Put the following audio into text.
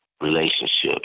relationships